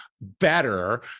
better